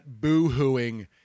boohooing